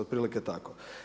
Otprilike tako.